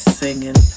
singing